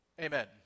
Amen